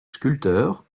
sculpteur